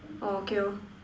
orh okay lor